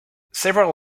several